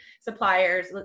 suppliers